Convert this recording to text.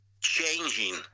changing